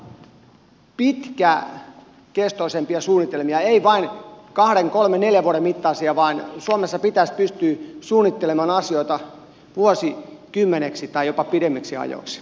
elikkä toivoisin hallitukselta pitkäkestoisempia suunnitelmia ei vain kahden kolmen neljän vuoden mittaisia vaan suomessa pitäisi pystyä suunnittelemaan asioita vuosikymmeneksi tai jopa pidemmiksi ajoiksi